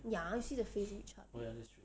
ya you see the physics chart